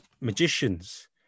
magicians